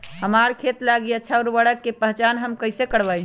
हमार खेत लागी अच्छा उर्वरक के पहचान हम कैसे करवाई?